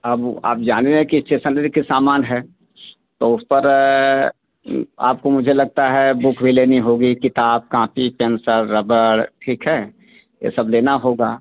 अब आप जान ही रहें कि इस्टेसनरी के सामान है तो उस पर आपको मुझे लगता है बुक भी लेनी होगी किताब काँपी पेंसल रबड़ ठीक है ये सब लेना होगा